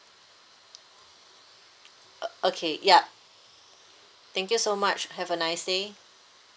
uh okay ya thank you so much have a nice day